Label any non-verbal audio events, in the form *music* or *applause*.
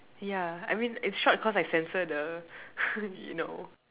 ya I mean it's short cause I censor the *laughs* you know